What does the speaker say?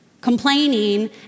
Complaining